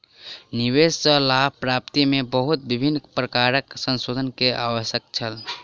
निवेश सॅ लाभ प्राप्ति में बहुत विभिन्न प्रकारक संशोधन के आवश्यकता छल